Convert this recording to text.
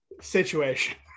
situation